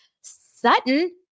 Sutton